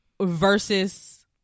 versus